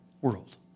world